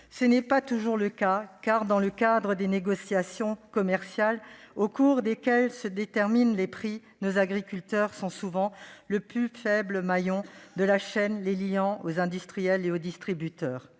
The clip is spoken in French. Tel n'est pas toujours le cas. En effet, dans le cadre des négociations commerciales au cours desquelles se déterminent les prix, nos agriculteurs sont souvent le plus faible des maillons de la chaîne les liant aux industriels et aux distributeurs.